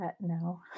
No